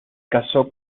casó